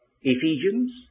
Ephesians